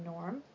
norm